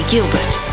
Gilbert